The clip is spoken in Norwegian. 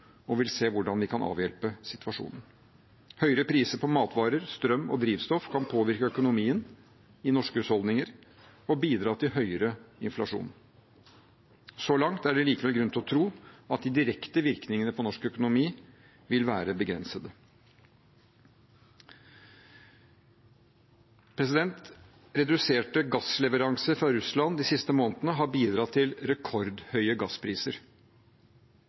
og vil se på hvordan vi kan avhjelpe situasjonen. Høyere priser på matvarer, strøm og drivstoff kan påvirke økonomien i norske husholdninger og bidra til høyere inflasjon. Så langt er det likevel grunn til å tro at de direkte virkningene på norsk økonomi vil være begrensede. Reduserte gassleveranser fra Russland de siste månedene har bidratt til rekordhøye gasspriser.